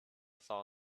saw